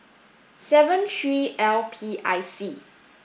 seven three L P I C